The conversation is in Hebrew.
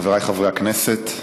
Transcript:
חבריי חברי הכנסת,